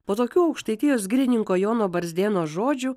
po tokių aukštaitijos girininko jono barzdėno žodžių